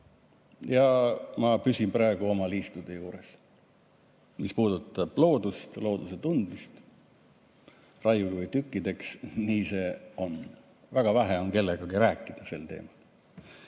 Ma püsin praegu oma liistude juures, mis puudutab loodust, looduse tundmist. Raiuge või tükkideks, nii see on. Väga vähe on kellegagi sel teemal